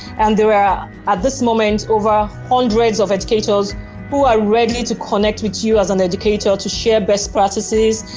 and there are at this moment over hundreds of educators who are ready to connect with you as an educator to share best practices,